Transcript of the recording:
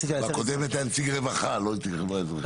בקודמת היה נציג רווחה, לא נציג חברה אזרחית.